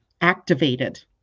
activated